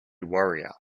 warrior